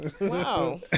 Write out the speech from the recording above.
Wow